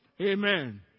Amen